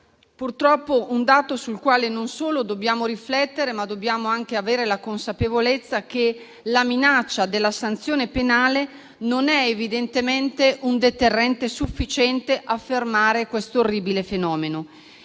purtroppo credo che dobbiamo riflettere, oltre ad avere la consapevolezza che la minaccia della sanzione penale non è evidentemente un deterrente sufficiente a fermare questo orribile fenomeno.